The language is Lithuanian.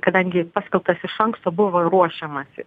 kadangi paskelbtas iš anksto buvo ruošiamasi